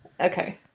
Okay